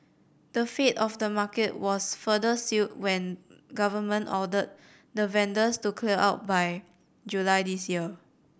the fate of the market was further sealed when government ordered the vendors to clear out by July this year